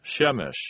Shemesh